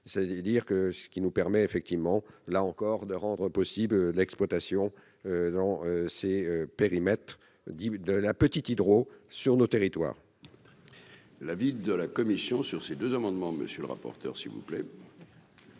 c'est-à-dire que ce qui nous permet, effectivement, là encore, de rendre possible l'exploitation dans ces périmètres dits de la petite Hydro-sur nos territoires. La visite de la commission sur ces deux amendements, monsieur le rapporteur, s'il vous plaît.